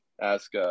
ask